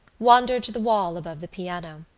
wandered to the wall above the piano.